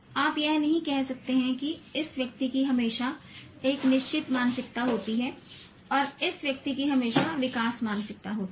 आप यह नहीं कह सकते हैं कि इस व्यक्ति की हमेशा एक निश्चित मानसिकता होती है और इस व्यक्ति की हमेशा विकास मानसिकता होती है